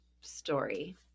story